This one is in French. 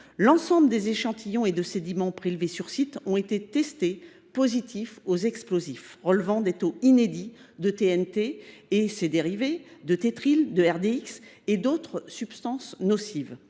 L’ensemble des échantillons d’eau et de sédiments prélevés sur sites ont été testés positifs aux explosifs, révélant des taux inédits de TNT et de ses dérivés, de tétryl, de RDX et d’autres substances nocives.